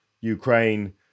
Ukraine